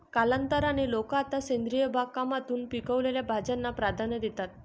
कालांतराने, लोक आता सेंद्रिय बागकामातून पिकवलेल्या भाज्यांना प्राधान्य देतात